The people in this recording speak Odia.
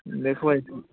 ଦେଖ ଭାଇ